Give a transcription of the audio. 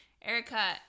Erica